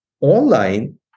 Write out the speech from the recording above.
Online